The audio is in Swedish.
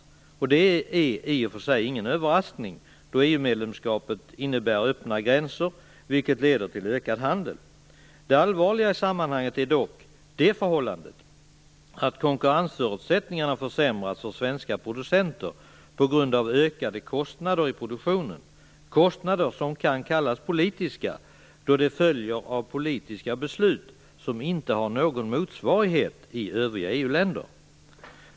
Det är i och för sig ingen överraskning. EU-medlemskapet innebär öppna gränser, vilket leder till ökad handel. Det allvarliga i sammanhanget är dock det förhållande att konkurrensförutsättningarna försämras för svenska producenter på grund av ökade kostnader i produktionen. Dessa kostnader kan kallas politiska, då de följer av politiska beslut som inte har någon motsvarighet i övriga EU-länder.